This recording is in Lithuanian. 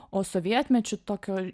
o sovietmečiu tokio